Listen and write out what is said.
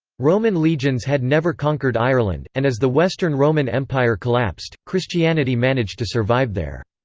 roman legions had never conquered ireland, and as the western roman empire collapsed, christianity managed to survive there.